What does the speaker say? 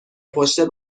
پشت